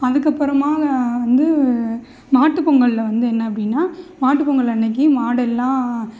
அதுக்கு அப்புறமா வந்து மாட்டு பொங்கலில் வந்து என்ன அப்படினா மாட்டுப்பொங்கல் அன்னிக்கி மாடு எல்லாம்